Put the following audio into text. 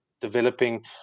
developing